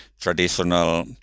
traditional